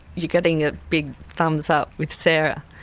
you're getting a big thumbs up with sarah.